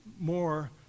more